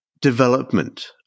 development